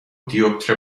دیوپتر